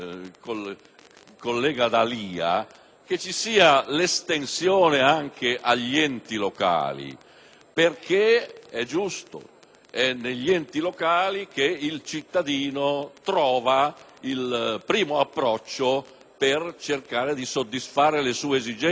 collega D'Alia, che tali procedure vengano estese anche agli enti locali, perché è giusto. È negli enti locali che il cittadino ha il primo approccio per cercare di soddisfare le sue esigenze.